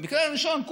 במקרה הראשון,